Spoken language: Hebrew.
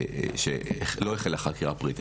שלא החלה חקירה פלילית,